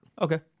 Okay